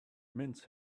mince